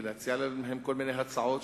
ולהציע להם כל מיני הצעות,